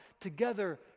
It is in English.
together